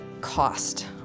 cost